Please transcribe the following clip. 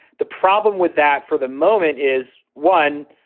the problem with that for the moment is, one,